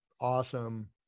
awesome